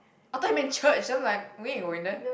I thought you meant church then I'm like we ain't going there